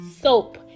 soap